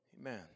Amen